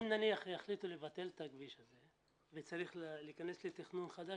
אם נניח יחליטו לבטל את הכביש הזה וצריך להיכנס לתכנון חדש,